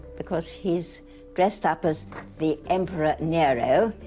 because he's dressed up as the emperor nero,